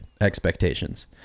expectations